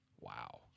Wow